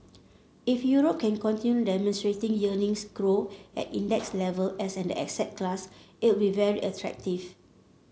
if Europe can continue demonstrating earnings growth at index level as an asset class it will very attractive